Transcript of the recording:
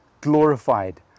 glorified